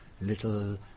little